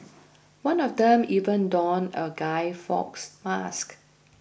one of them even donned a Guy Fawkes mask